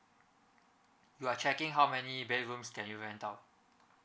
you are checking how many bedrooms that you rent out